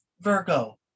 Virgo